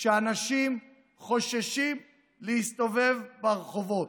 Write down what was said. האנשים חוששים להסתובב ברחובות.